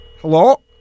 Hello